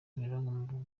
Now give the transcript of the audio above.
kimironko